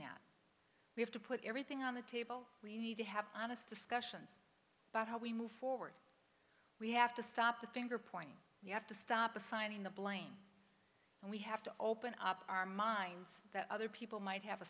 that we have to put everything on the table we need to have honest discussions about how we move forward we have to stop the finger pointing you have to stop assigning the blame and we have to open up our minds that other people might have a